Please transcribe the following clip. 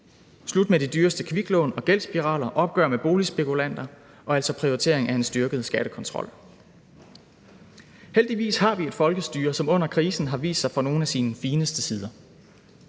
slut med de dyreste kviklån og gældsspiraler, og der er et opgør med boligspekulanter og altså prioritering af en styrket skattekontrol. Heldigvis har vi et folkestyre, som under krisen har vist sig fra nogle af sine fineste sider: